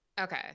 Okay